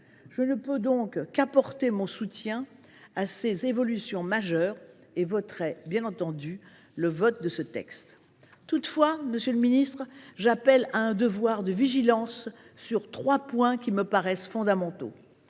Je ne peux donc qu’apporter mon soutien à ces évolutions importantes et je voterai, bien entendu, en faveur de ce texte. Toutefois, monsieur le ministre, j’appelle à la vigilance sur trois points qui me paraissent fondamentaux.